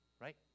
right